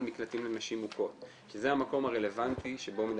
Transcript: מקלטים לנשים מוכות שזה המקום הרלוונטי שבו מדברים.